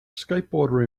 skateboarder